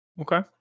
Okay